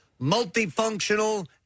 multifunctional